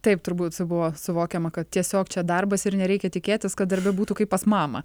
taip turbūt buvo suvokiama kad tiesiog čia darbas ir nereikia tikėtis kad darbe būtų kaip pas mamą